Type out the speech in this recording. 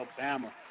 Alabama